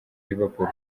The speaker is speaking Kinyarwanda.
liverpool